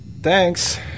thanks